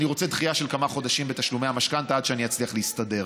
אני רוצה דחייה של כמה חודשים בתשלומי המשכנתה עד שאני אצליח להסתדר.